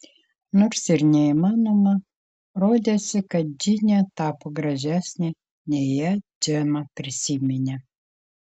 nors ir neįmanoma rodėsi kad džinė tapo gražesnė nei ją džema prisiminė